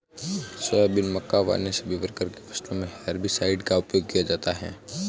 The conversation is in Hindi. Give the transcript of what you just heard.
सोयाबीन, मक्का व अन्य सभी प्रकार की फसलों मे हेर्बिसाइड का उपयोग किया जाता हैं